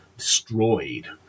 destroyed